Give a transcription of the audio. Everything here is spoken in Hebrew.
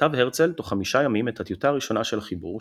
כתב הרצל תוך חמישה ימים את הטיוטה הראשונה של החיבור,